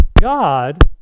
God